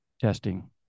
testing